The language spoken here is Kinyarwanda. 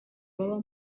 baba